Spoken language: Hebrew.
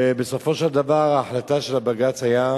ובסופו של דבר ההחלטה של בג"ץ היתה